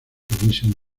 division